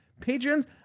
patrons